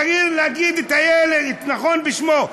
תקראו לילד בשמו.